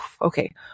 okay